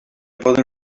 poden